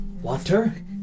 water